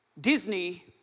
Disney